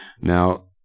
Now